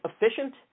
efficient